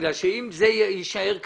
אם זה יישאר כך,